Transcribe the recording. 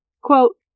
quote